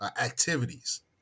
activities